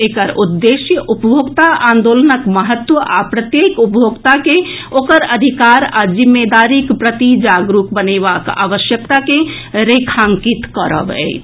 एकर उद्देश्य उपभोक्ता आंदोलनक महत्व आ प्रत्येक उपभोक्ता के ओकर अधिकार आ जिम्मेदारीक प्रति जागरूक बनेबाक आवश्यकता के रेखांकित करब अछि